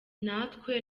natwe